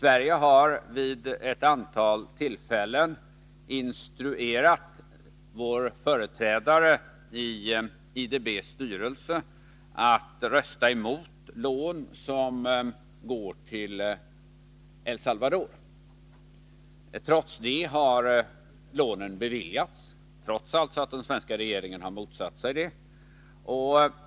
Vi har vid ett antal tillfällen instruerat Sveriges företrädare i IDB:s styrelse att rösta emot lån som går till El Salvador. Trots det har lånen beviljats — alltså trots att den svenska regeringen har motsatt sig det.